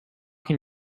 can